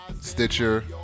Stitcher